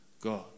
God